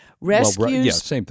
Rescues